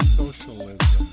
socialism